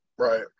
Right